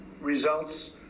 results